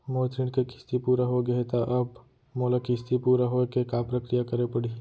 मोर ऋण के किस्ती पूरा होगे हे ता अब मोला किस्ती पूरा होए के का प्रक्रिया करे पड़ही?